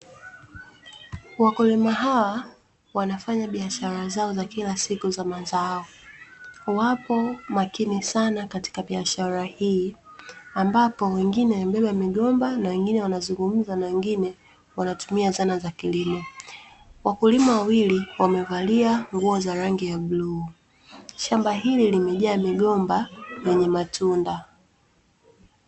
Wakulima hawa wanafanya biashara zao za kila siku za mazao, wapo makini sana katika biashara hii, ambapo wengine wamebeba migomba, na wengine wanazungumza na wengine wanatumia zana za kilimo. Wakulima wawili, wamevalia nguo za rangi ya bluu. Shamba hili limejaa migomba yenye matunda.